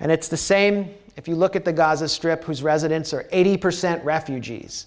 and it's the same if you look at the gaza strip was residents are eighty percent refugees